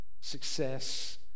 success